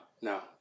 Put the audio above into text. no